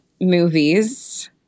movies